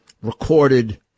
recorded